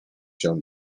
się